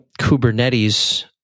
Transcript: Kubernetes